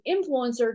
influencer